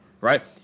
right